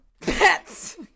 Pets